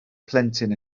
plentyn